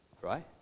right